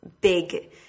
big